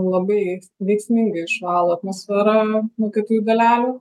labai veiksmingai išvalo atmosferą nuo kietųjų dalelių